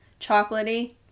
chocolatey